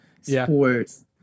sports